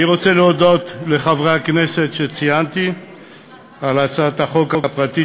אני רוצה להודות לחברי הכנסת שציינתי על הצעת החוק הפרטית